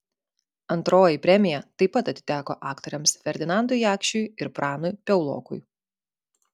antroji premija taip pat atiteko aktoriams ferdinandui jakšiui ir pranui piaulokui